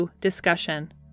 Discussion